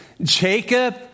Jacob